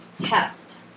test